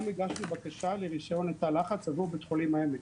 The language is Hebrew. גם הגשנו בקשה לרישיון לתא לחץ עבור בית חולים העמק.